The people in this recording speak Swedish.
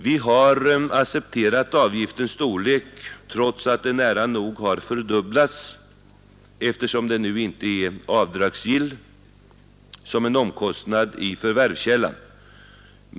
Vi har accepterat avgiftens storlek trots att den nära nog har fördubblats eftersom den nu inte är avdragsgill som en omkostnad i förvärvskällan.